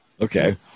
Okay